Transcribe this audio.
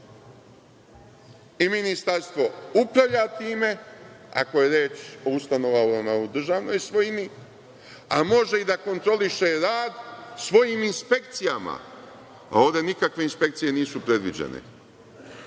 Ministarstvo upravlja time ako je reč o ustanovama u državnoj svojini, a može i da kontroliše rad svojim inspekcijama, a ovde nikakve inspekcije nisu predviđene.